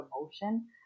emotion